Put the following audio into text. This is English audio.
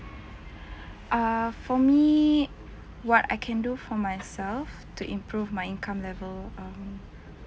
err for me what I can do for myself to improve my income level um